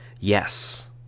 yes